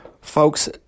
Folks